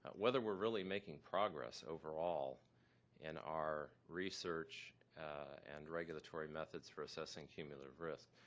whether we're really making progress overall in our research and regulatory methods for assessing cumulative risk.